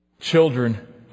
Children